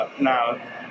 now